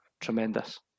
tremendous